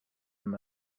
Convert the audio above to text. them